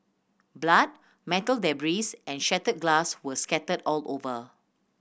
blood metal debris and shattered glass were scattered all over